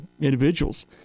individuals